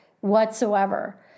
whatsoever